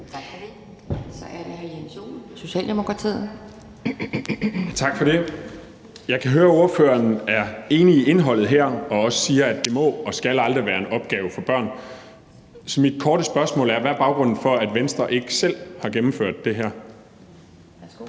Tak for det. Så er det hr. Jens Joel, Socialdemokratiet. Kl. 17:34 Jens Joel (S): Tak for det. Jeg kan høre, at ordføreren er enig i indholdet her og også siger, at det må og skal aldrig være en opgave for børn. Så mit korte spørgsmål er: Hvad er baggrunden for, at Venstre ikke selv har gennemført det her? Kl.